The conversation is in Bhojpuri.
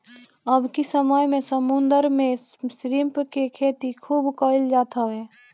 अबकी समय में समुंदर में श्रिम्प के खेती खूब कईल जात हवे